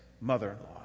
mother-in-law